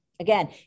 Again